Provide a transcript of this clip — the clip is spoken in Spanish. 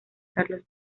carlos